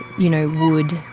you know, wood,